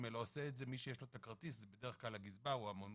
לכן ביקשתי מהיועץ המשפטי,